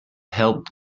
help